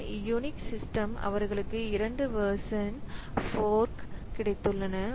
சில unique system அவர்களுக்கு இரண்டு வெர்சன் ஃபோர்க் கிடைத்துள்ளன